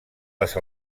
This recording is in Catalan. les